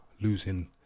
losing